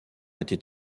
était